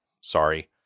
Sorry